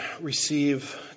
receive